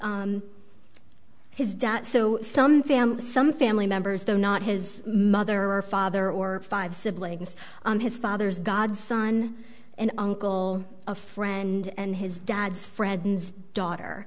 was his has done so some family members though not his mother or father or five siblings his father's god son and uncle a friend and his dad's friends daughter